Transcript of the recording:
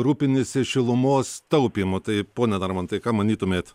rūpiniesi šilumos taupymu tai pone narmontai ką manytumėt